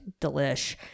delish